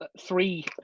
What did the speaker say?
three